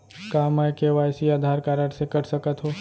का मैं KYC Aadhaar card से कर सकत हो?